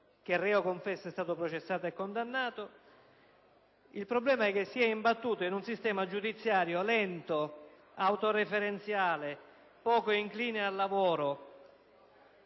che, reo confesso, è stato processato e condannato. Il problema è che si è imbattuto in un sistema giudiziario lento, autoreferenziale, poco incline al lavoro,